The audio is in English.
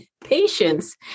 patience